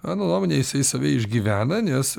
mano nuomone jisai save išgyvena nes